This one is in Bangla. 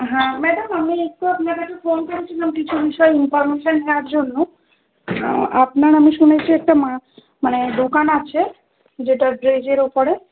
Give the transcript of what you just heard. হ্যাঁ ম্যাডাম আমি একটু আপনার কাছে ফোন করেছিলাম কিছু বিষয় ইনফর্মেশান নেওয়ার জন্য আপনার আমি শুনেছি একটা মা মানে দোকান আছে যেটা ড্রেসের ওপরে